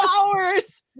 hours